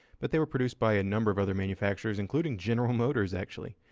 but they were produced by a number of other manufacturers including general motors actually.